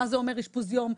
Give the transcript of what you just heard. מה זה אומר אשפוז יום,